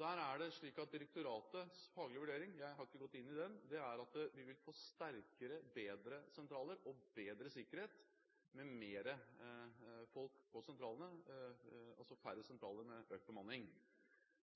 Der er direktoratets faglige vurdering – jeg har ikke gått inn i den – at vi vil få sterkere, bedre sentraler og bedre sikkerhet med mer folk på sentralene, altså færre sentraler, men med økt bemanning.